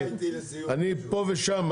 פה ושם,